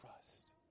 trust